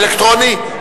אלקטרונית?